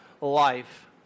life